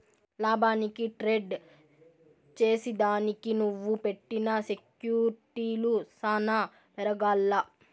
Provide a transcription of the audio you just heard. లాభానికి ట్రేడ్ చేసిదానికి నువ్వు పెట్టిన సెక్యూర్టీలు సాన పెరగాల్ల